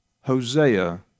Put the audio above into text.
Hosea